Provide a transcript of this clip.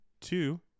Two